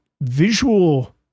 visual